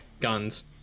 guns